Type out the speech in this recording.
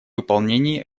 выполнении